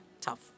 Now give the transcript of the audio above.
tough